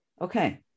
Okay